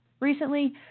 Recently